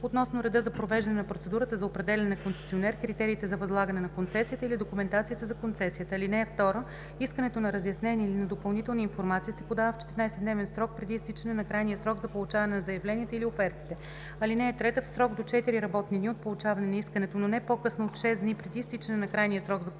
относно реда за провеждане на процедурата за определяне на концесионер, критериите за възлагане на концесията или документацията за концесията. (2) Искането на разяснения или на допълнителна информация се подава в 14-дневен срок преди изтичане на крайния срок за получаване на заявленията или офертите. (3) В срок до 4 работни дни от получаване на искането, но не по-късно от 6 дни преди изтичане на крайния срок за получаване на заявленията